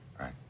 Right